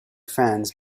friends